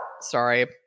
Sorry